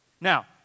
Now